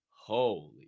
holy